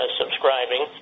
subscribing